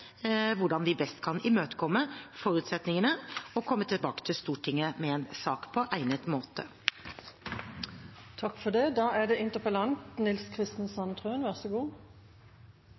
hvordan vi best kan imøtekomme forutsetningen om å komme tilbake til Stortinget med en sak på egnet måte. Det vises av svaret at det